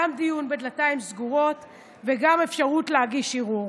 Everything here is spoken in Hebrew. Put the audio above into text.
גם דיון בדלתיים סגורות וגם אפשרות להגיש ערעור.